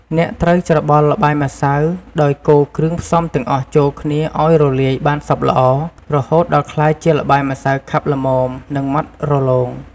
អ្នកត្រូវច្របល់ល្បាយម្សៅ ដោយកូរគ្រឿងផ្សំទាំងអស់ចូលគ្នាឱ្យរលាយបានសព្វល្អ រហូតដល់ក្លាយជាល្បាយម្សៅខាប់ល្មម និងម៉ដ្ឋរលោង។